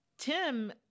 Tim